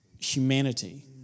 humanity